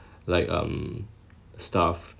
like um stuff